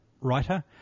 writer